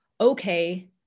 okay